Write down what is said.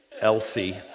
Elsie